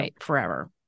forever